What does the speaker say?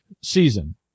season